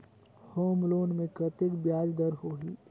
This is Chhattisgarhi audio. होम लोन मे कतेक ब्याज दर होही?